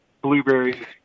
blueberries